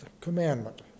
commandment